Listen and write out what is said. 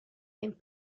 and